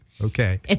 Okay